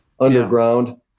underground